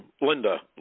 Linda